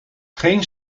geen